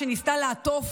שניסתה לעטוף,